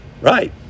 Right